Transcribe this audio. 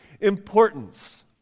Importance